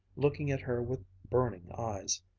looking at her with burning eyes.